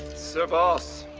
sir boss.